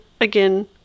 again